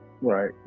Right